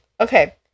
okay